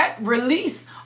release